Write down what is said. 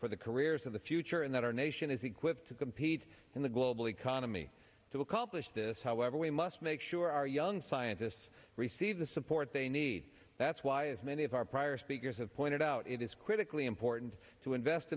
for the careers of the future and that our nation is equipped to compete in the global economy to accomplish this however we must make sure our young scientists receive the support they need that's why as many of our prior speakers have pointed out it is critically important to invest